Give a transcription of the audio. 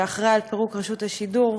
שאחראי לפירוק רשות השידור,